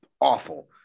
awful